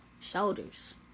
Shoulders